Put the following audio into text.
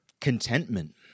contentment